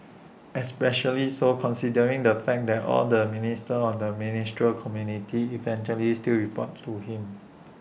especially so considering the fact that all the ministers on the ministerial committee eventually still report to him